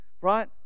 right